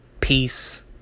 Peace